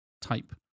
type